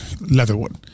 Leatherwood